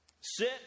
Sit